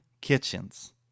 Kitchens